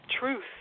truth